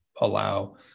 allow